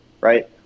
Right